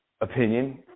opinion